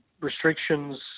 restrictions